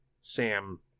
Sam